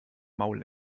maul